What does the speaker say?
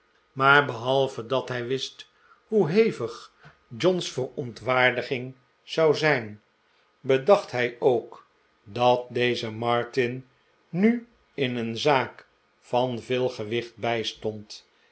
maar behalve dat hij wist hoe hevig john's verontwaardiging zou zijn bedacht hij ook dat deze martin nu in een zaak van veel gewicht bijstond